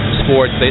sports